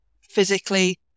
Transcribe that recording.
physically